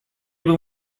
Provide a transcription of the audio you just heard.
był